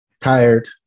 tired